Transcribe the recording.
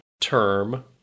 term